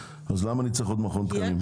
למה אני צריך עוד מכון תקנים?